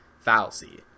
fallacy